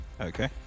Okay